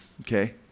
okay